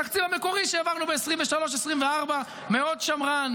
התקציב המקורי שהעברנו ב-2024-2023 מאוד שמרני,